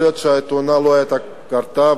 יכול להיות שהתאונה לא היתה קורית,